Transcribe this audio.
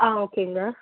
ஆ ஓகேங்க